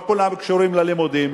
לא כולם קשורים ללימודים,